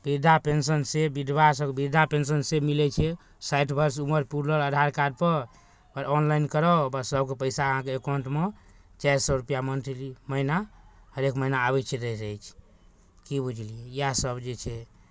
वृद्धा पेंशन से वृद्धासभके वृद्धा पेंशन से मिलै छै साठि वर्ष उमर पूरल आधार कार्डपर आओर ऑनलाइन कराउ बस सभके पैसा अहाँके एकाउंटमे चारि सए रुपैआ मंथली महीना हरेक महीना आबै छै से दै छै की बुझलियै इएहसभ जे छै